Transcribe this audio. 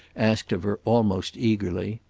asked of her almost eagerly.